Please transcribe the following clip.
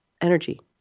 energy